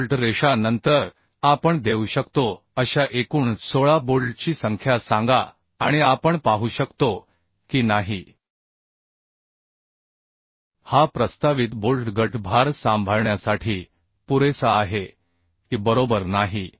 दोन बोल्ट रेषा नंतर आपण देऊ शकतो अशा एकूण 16 बोल्टची संख्या सांगा आणि आपण पाहू शकतो की नाही हा प्रस्तावित बोल्ट गट भार सांभाळण्यासाठी पुरेसा आहे की बरोबर नाही